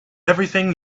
everything